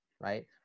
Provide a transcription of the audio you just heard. right